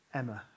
emma